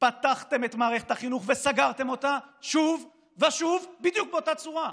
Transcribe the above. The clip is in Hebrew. פתחתם את מערכת החינוך וסגרתם אותה שוב ושוב בדיוק באותה צורה.